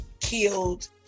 Killed